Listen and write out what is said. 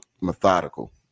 methodical